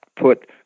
put